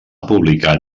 publicat